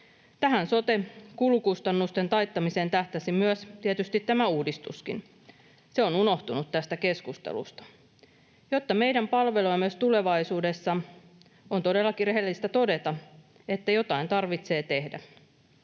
Tähän soten kulukustannusten taittamiseen tähtäsi tietysti tämä uudistuskin. Se on unohtunut tästä keskustelusta. Jotta meillä on palveluja myös tulevaisuudessa, on todellakin rehellistä todeta, että jotain tarvitsee tehdä.